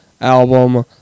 album